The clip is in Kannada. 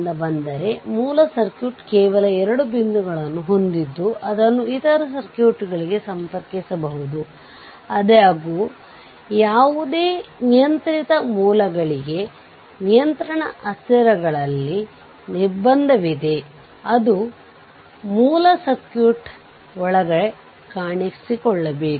ಮೆಶ್ 2 ಮತ್ತು ಮೆಶ್ 3 ಗಾಗಿ KVL ಅನ್ನು ಬರೆದು ಅದಕ್ಕೆ ಅನುಗುಣವಾಗಿ ಮತ್ತು V0 1volt ತೆಗೆದುಕೊಳ್ಳಬೇಕು ಮತ್ತು ಅದರ ನಂತರ i0 ಗಾಗಿ ಪರಿಹರಿಸಬೇಕು